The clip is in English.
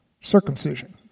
circumcision